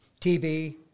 TV